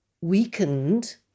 weakened